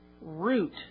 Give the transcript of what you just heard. root